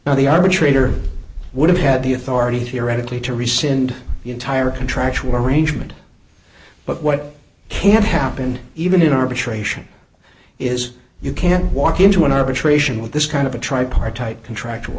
now the arbitrator would have had the authority theoretically to rescind the entire contractual arrangement but what can happen even in arbitration is you can't walk into an arbitration with this kind of a tripartite contractual